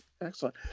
Excellent